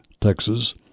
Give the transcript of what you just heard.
Texas